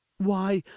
why,